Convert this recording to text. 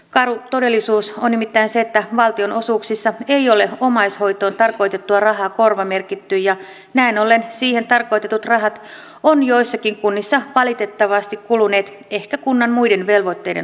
karu todellisuus on nimittäin se että valtionosuuksissa ei ole omaishoitoon tarkoitettua rahaa korvamerkitty ja näin ollen siihen tarkoitetut rahat ovat joissakin kunnissa valitettavasti kuluneet ehkä kunnan muiden velvoitteiden hoitamiseen